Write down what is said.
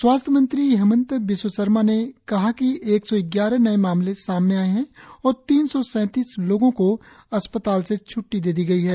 स्वास्थ्य मंत्री हिमंत विस्ब सरमा ने कहा कि एक सौ ग्यारह नए मामले सामने आएं है और तीन सौ सैतीस लोगों को अस्पताल से छुट्टी दे दी गई है